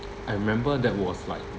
I remember that was like